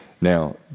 Now